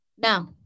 Now